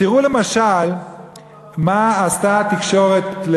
תראו למשל מה עשתה התקשורת,